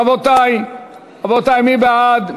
רבותי, מי בעד?